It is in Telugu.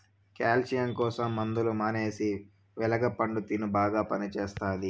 క్యాల్షియం కోసం మందులు మానేసి వెలగ పండు తిను బాగా పనిచేస్తది